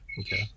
Okay